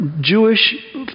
Jewish